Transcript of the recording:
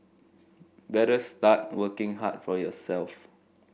better start working hard for yourself